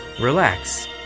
relax